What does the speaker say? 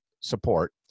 support